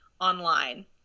online